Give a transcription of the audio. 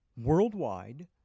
Worldwide